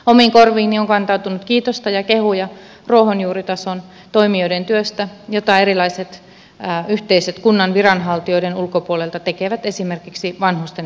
omiin korviini on kantautunut kiitosta ja kehuja ruohonjuuritason toimijoiden työstä jota erilaiset yhteisöt kunnan viranhaltijoiden toiminnan ulkopuolella tekevät esimerkiksi vanhusten hyväksi